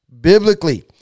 biblically